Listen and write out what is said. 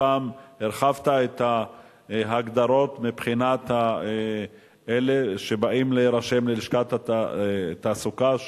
הפעם הרחבת את ההגדרות מבחינת אלה שבאים להירשם ללשכת התעסוקה,